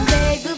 Baby